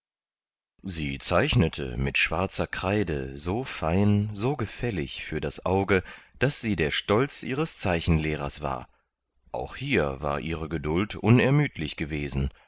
sie zeichnete mit schwarzer kreide so fein so gefällig für das auge daß sie der stolz ihres zeichenlehrers war auch hier war ihre geduld unermüdlich gewesen